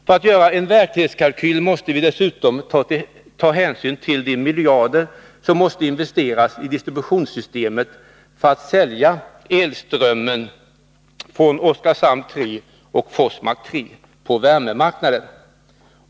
För att göra en verklighetskalkyl måste vi dessutom ta hänsyn till de miljarder som måste investeras i distributionssystemet för att sälja elströmmen från Oskarhamn 3 och Forsmark 3 på värmemarknaden.